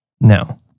No